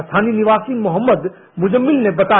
स्थानीय निवासी मोहम्मद मुज्जमिल ने बताया